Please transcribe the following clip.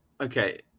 Okay